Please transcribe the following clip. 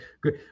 good